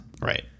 Right